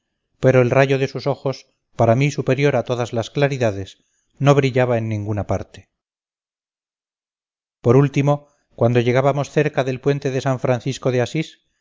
pero el rayo de sus ojos para mí superior a todas las claridades no brillaba en ninguna parte por último cuando llegábamos cerca del puente de san francisco de asís